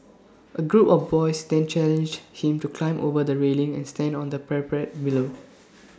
A group of boys then challenged him to climb over the railing and stand on the parapet below